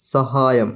സഹായം